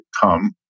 come